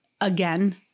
again